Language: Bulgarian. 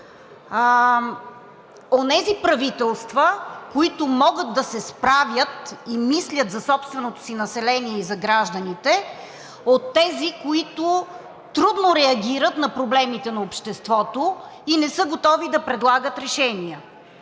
онези правителства, които могат да се справят и мислят за собственото си население и за гражданите, от тези, които трудно реагират на проблемите на обществото и не са готови да предлагат решения.